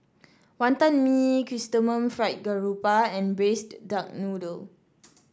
Wonton Mee Chrysanthemum Fried Garoupa and Braised Duck Noodle